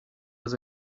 was